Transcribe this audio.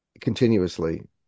continuously